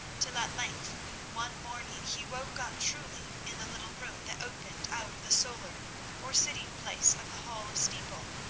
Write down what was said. till at length one morning he woke up truly in the little room that opened out of the solar or sitting place of the hall of steeple,